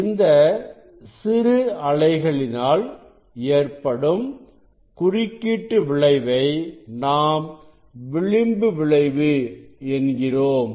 அந்த சிறு அலைகளினால் ஏற்படும் குறுக்கீட்டு விளைவை நாம் விளிம்பு விளைவு என்கிறோம்